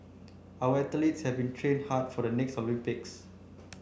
our athletes have been training hard for the next Olympics